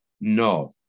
no